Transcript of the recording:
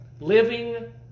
Living